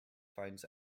finds